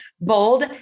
bold